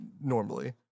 normally